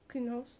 clean house